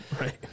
Right